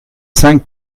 cinq